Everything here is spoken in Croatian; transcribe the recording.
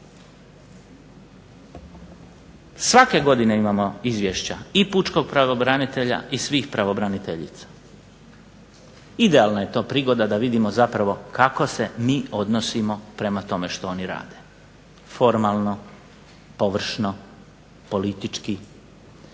Svake godine imamo izvješća i pučkog pravobranitelja i svih pravobraniteljica. Idealna je to prilika da vidimo zapravo kako se mi odnosimo prema tome što oni rade, formalno, površno, politički.